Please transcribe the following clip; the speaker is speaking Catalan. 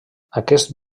aquest